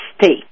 state